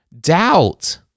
doubt